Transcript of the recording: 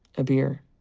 a beer,